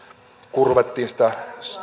kun ruvettiin sitä